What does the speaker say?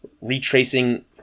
retracing